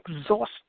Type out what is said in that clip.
exhaust